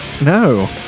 No